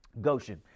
Goshen